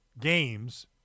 games